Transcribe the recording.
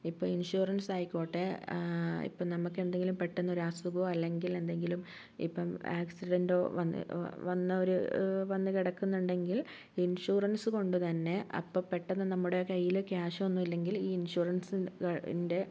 ഇപ്പം ഇൻഷുറൻസ് ആയിക്കോട്ടെ ഇപ്പം നമുക്ക് എന്തെങ്കിലും പെട്ടെന്ന് ഒരു അസുഖവോ അല്ലെങ്കിൽ എന്തെങ്കിലും ഇപ്പം ആക്സിഡന്റോ വന്ന വന്ന ഒരു വന്നു കിടക്കുന്നുണ്ടെങ്കിൽ ഇൻഷുറൻസ് കൊണ്ട് തന്നെ അപ്പം പെട്ടെന്ന് നമ്മുടെ കൈയില് ക്യാഷ് ഒന്നുമില്ലെങ്കിൽ ഈ ഇൻഷുറൻസിൻ്റെ